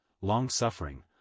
long-suffering